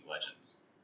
Legends